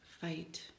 fight